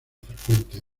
frecuentes